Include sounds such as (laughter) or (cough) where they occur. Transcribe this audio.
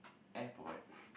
airport (breath)